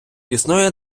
існує